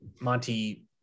Monty –